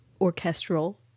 orchestral